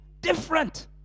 different